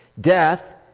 Death